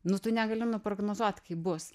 nu tu negali prognozuot kaip bus